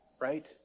right